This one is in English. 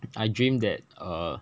I dream that err